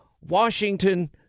Washington